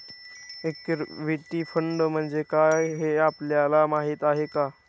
Equity fund म्हणजे काय, हे आपल्याला माहीत आहे का?